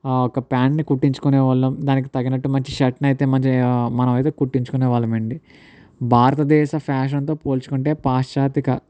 ఒక ప్యాంట్ని కుట్టించుకునే వాళ్ళం దానికి తగినట్టు మంచి షర్ట్ని అయితే మంచి మనం అయితే కుట్టించుకునే వాళ్ళము అండి భారతదేశ ఫ్యాషన్తో పోల్చుకుంటే పాశ్చాత్తిక